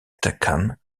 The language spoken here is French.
khan